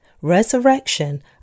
resurrection